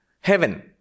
Heaven